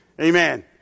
amen